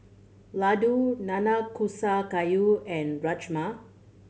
Ladoo Nanakusa Gayu and Rajma